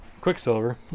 Quicksilver